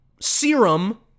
serum